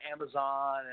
Amazon